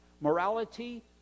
morality